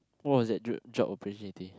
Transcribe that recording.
what was that job opportunity